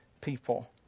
people